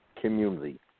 community